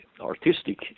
artistic